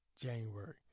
January